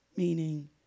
Meaning